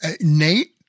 Nate